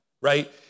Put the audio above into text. right